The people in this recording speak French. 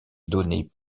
données